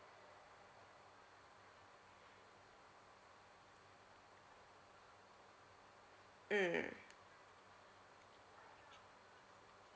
mm